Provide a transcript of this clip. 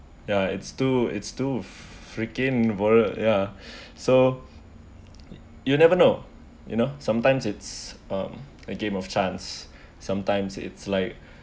ya it's too it's too freaking world ya so you never know you know sometimes it's um a game of chance sometimes it's like